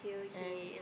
and